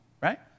right